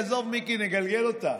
עזוב, מיקי, נגלגל אותה.